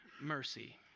mercy